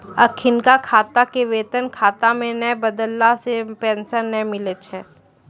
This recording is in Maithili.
अखिनका खाता के वेतन खाता मे नै बदलला से पेंशन नै मिलै छै